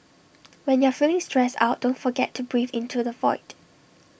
when you are feeling stressed out don't forget to breathe into the void